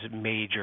major